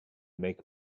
make